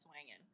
swinging